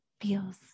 feels